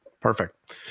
Perfect